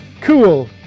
Cool